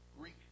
Greek